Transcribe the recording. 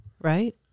Right